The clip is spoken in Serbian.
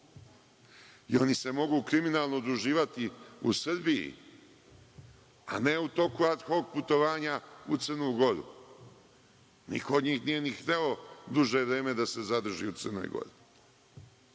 Oni se mogu kriminalno udruživati u Srbiji, a ne u toku ad hok putovanja u Crnu Goru. Niko od njih nije ni hteo duže vreme da se zadrži u Crnoj